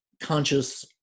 Conscious